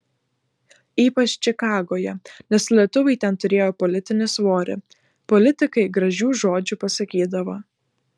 ypač čikagoje nes lietuviai ten turėjo politinį svorį politikai gražių žodžių pasakydavo